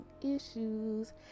issues